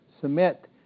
submit